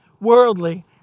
worldly